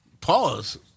Pause